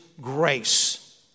grace